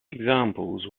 examples